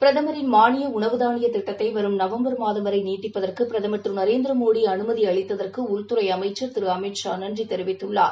பிரதமரின் மானிய உணவு தானியத் திட்டத்தை நவம்பர் மாதம் வரை நீட்டிப்பதற்கு பிரதமர் திரு நரேந்திர மோடி அனுமதியளித்தற்கு மத்திய உள்துறை அமைச்சர் திரு அமித் ஷா நன்றி தெரிவித்துள்ளார்